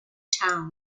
town